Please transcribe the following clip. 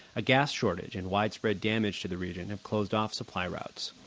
a gas shortage and widespread damage to the region have closed off supply routes